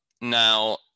Now